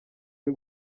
y’u